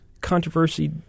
controversy